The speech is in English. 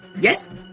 yes